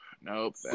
Nope